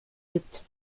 gibt